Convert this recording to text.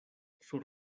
sur